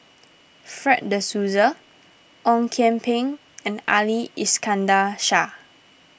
Fred De Souza Ong Kian Peng and Ali Iskandar Shah